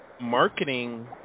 marketing